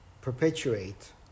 perpetuate